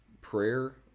Prayer